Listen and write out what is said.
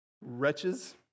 wretches